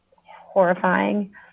horrifying